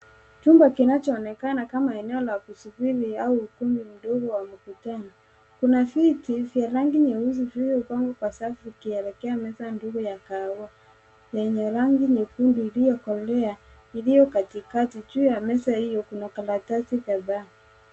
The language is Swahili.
Chumba kinachoonekana kama eneo la kusumbini au ukumbi mdogo wa mkutano. Kuna viti vya rangi nyeusi vilivyopangwa kwa safu vikielekea meza ndogo ya kahawa yenye rangi nyekundu iliyokolea iliyo katikati. Juu ya meza hio kuna karatasi kadhaa.